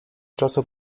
czasu